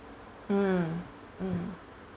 mm mm